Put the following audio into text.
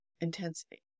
Intensity